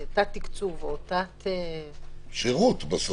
מתת תקצוב או מתת --- שירות בסוף.